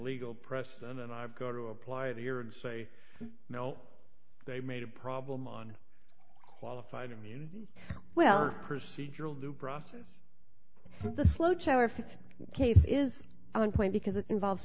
legal precedent and i've got to apply it here and say no they made a problem on qualified immunity well procedural due process the slow cherif case is on point because it involves